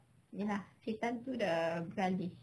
ya lah setan tu dah beralih